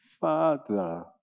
Father